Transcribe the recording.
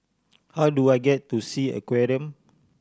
how do I get to Sea Aquarium